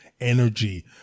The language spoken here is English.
energy